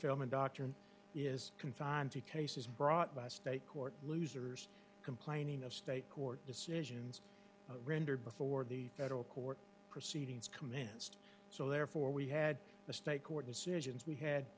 filming doctrine is confined to cases brought by state court losers complaining of state court decisions rendered before the federal court proceedings commenced so therefore we had the state court decisions we had